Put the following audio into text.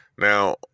Now